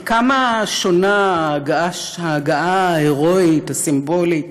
כי כמה שונה ההגעה ההירואית, הסימבולית,